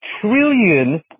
trillion